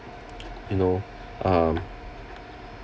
you know um